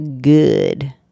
good